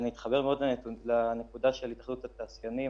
אני מתחבר מאוד לנקודה של התאחדות התעשיינים.